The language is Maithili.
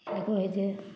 एगो है जे